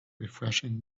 refreshing